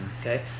Okay